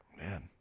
Man